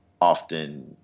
often